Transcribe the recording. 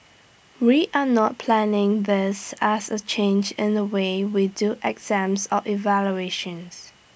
we are not planning this as A change in the way we do exams or evaluations